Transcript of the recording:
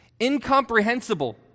Incomprehensible